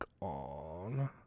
on